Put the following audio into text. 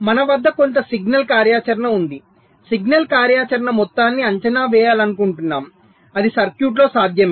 మన వద్ద కొంత సిగ్నల్ కార్యాచరణ ఉంది సిగ్నల్ కార్యాచరణ మొత్తాన్ని అంచనా వేయాలనుకుంటున్నాము అది సర్క్యూట్లో సాధ్యమే